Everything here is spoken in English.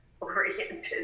oriented